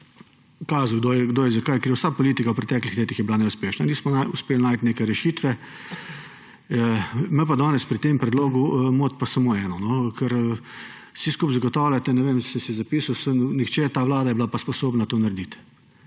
je za kaj kriv. Vsa politika v preteklih letih je bila neuspešna. Nismo uspeli najti neke rešitve. Me pa danes pri tem predlogu moti samo eno, ker vsi skupaj zagotavljate, sem si zapisal, nihče, ta vlada pa je bila sposobna to narediti.